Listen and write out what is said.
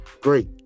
great